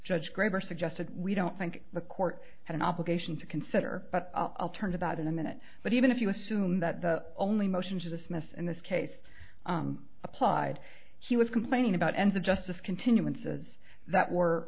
graber suggested we don't think the court had an obligation to consider but i'll turn about in a minute but even if you assume that the only motion to dismiss in this case applied he was complaining about ends of justice continuances that were